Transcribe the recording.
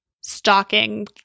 stalking